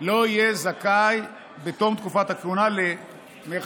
לא יהיה זכאי בתום תקופת הכהונה ל"טובות